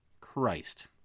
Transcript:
CHRIST